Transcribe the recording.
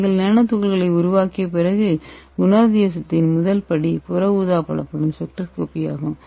நீங்கள் நானோ துகள்களை உருவாக்கிய பிறகு குணாதிசயத்தின் முதல் படி UV புலப்படும் ஸ்பெக்ட்ரோஸ்கோபி ஆகும்